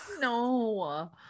No